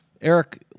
Eric